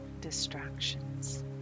distractions